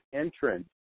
entrance